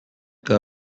que